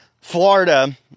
Florida